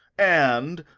and,